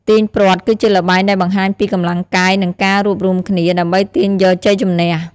ទាញព្រ័ត្រ គឺជាល្បែងដែលបង្ហាញពីកម្លាំងកាយ និងការរួបរួមគ្នា ដើម្បីទាញយកជ័យជំនះ។